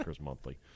monthly